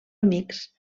amics